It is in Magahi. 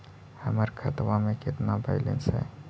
हमर खतबा में केतना बैलेंस हई?